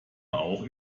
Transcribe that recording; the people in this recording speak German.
auch